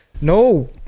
no